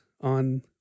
on